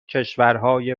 کشورهای